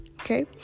okay